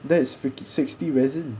that is fifty sixty resin